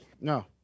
No